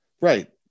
Right